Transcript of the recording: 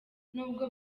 nubwo